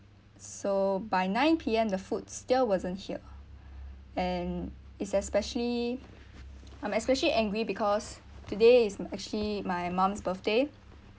so by nine P_M the food still wasn't here and it's especially I'm especially angry because today is actually my mum's birthday